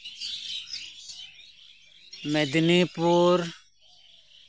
Medinipur